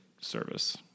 service